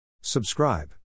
Subscribe